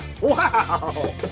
Wow